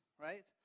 right